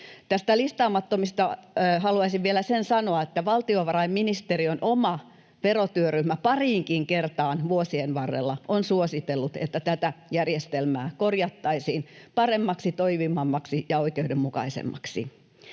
listaamattomista haluaisin vielä sen sanoa, että valtiovarainministeriön oma verotyöryhmä pariinkin kertaan vuosien varrella on suositellut, että tätä järjestelmää korjattaisiin paremmaksi, toimivammaksi ja oikeudenmukaisemmaksi.